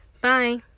Bye